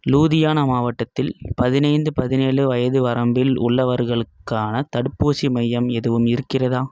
லூதியானா மாவட்டத்தில் பதினைந்து பதினேழு வயது வரம்பில் உள்ளவர்களுக்கான தடுப்பூசி மையம் எதுவும் இருக்கிறதா